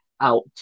out